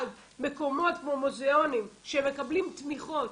מקומות כמו מוזיאונים שהם מקבלים תמיכות